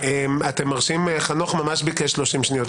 חנוך ביקש שלושים שניות.